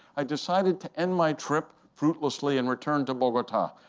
i decided to end my trip fruitlessly and return to bogota.